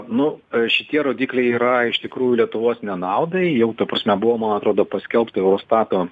nu šitie rodikliai yra iš tikrųjų lietuvos nenaudai jau ta prasme buvo man atrodo paskelbta eurostato